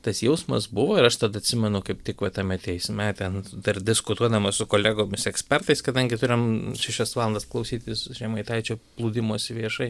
tas jausmas buvo ir aš tada atsimenu kaip tik va tame teisme ten dar diskutuodamas su kolegomis ekspertais kadangi turim šešias valandas klausytis žemaitaičio plūdimosi viešai